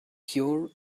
pure